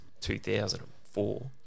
2004